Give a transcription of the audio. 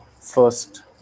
first